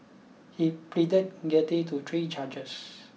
he pleaded guilty to three charges